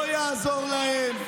לא יעזור להם.